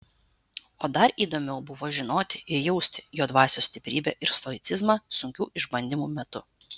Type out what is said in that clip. o dar įdomiau buvo žinoti ir jausti jo dvasios stiprybę ir stoicizmą sunkių išbandymų metu